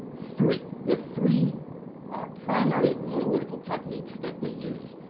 three, we have three primary analytical techniques that we use.